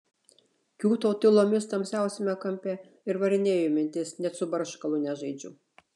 kiūtau tylomis tamsiausiame kampe ir varinėju mintis net su barškalu nežaidžiu